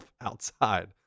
outside